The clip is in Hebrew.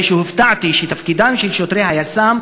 הרי שהופתעתי שתפקידם של שוטרי היס"מ